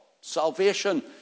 Salvation